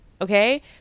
Okay